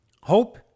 hope